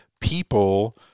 people –